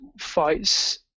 fights